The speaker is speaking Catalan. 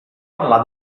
parlar